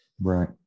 Right